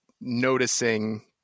noticing